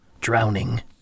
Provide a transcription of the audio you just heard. drowning